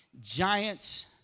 giants